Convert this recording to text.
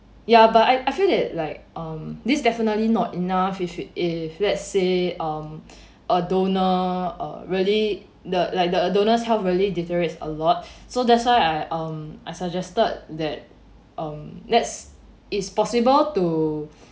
yeah but I I feel that like um this definitely not enough if you if let's say um a donor uh really the like the donor's health really deteriorates a lot so that's why I um I suggested that um let's is possible to